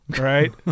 Right